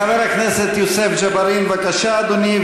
חבר הכנסת יוסף ג'בארין, בבקשה, אדוני.